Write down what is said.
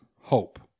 hope